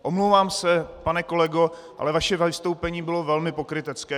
Omlouvám se, pane kolego, ale vaše vystoupení bylo velmi pokrytecké.